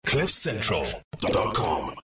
cliffcentral.com